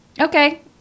okay